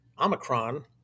Omicron